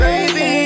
Baby